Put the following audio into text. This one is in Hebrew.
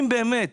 אם באמת